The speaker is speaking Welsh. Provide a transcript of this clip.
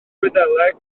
wyddeleg